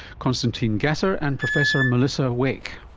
constantine gasser and professor melissa wake.